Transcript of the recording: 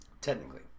Technically